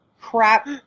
crap